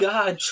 God